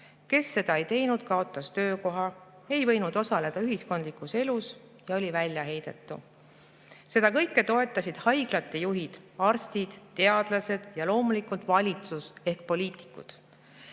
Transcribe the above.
Kes seda ei teinud, kaotas töökoha, ei võinud osaleda ühiskondlikus elus ja oli [ühiskonnast] välja heidetud. Seda kõike toetasid haiglate juhid, arstid, teadlased ja loomulikult valitsus ehk poliitikud.